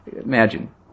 Imagine